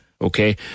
okay